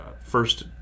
first